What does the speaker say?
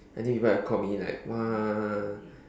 I knew people have called me like !wah!